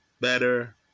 better